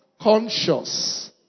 Conscious